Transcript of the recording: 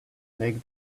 make